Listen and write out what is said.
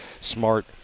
smart